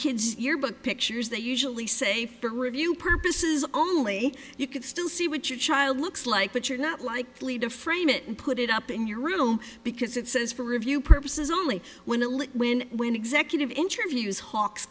kids yearbook pictures that usually say for review purposes only you could still see what your child looks like but you're not likely to frame it and put it up in your room because it says for review purposes only when will it when when executive interviews hawks